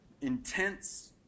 intense